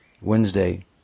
Wednesday